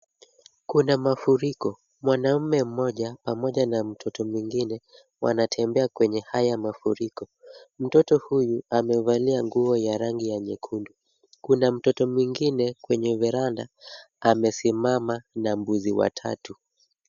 Kuna mafuriko, mwanamume mmoja pamoja na mtoto mwingine wanatembea kwenye haya mafuriko. Mtoto huyu amevalia nguo ya rangi ya nyekundu ,Kuna mtoto mwingine kwenye verander amesimama na mbuzi watatu.